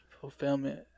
Fulfillment